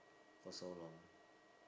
for so long